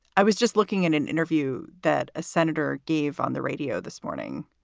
i was just looking at an interview that a senator gave on the radio this morning,